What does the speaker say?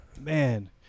Man